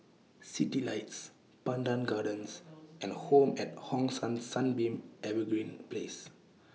Citylights Pandan Gardens and Home At Hong San Sunbeam Evergreen Place